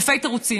אלפי תירוצים.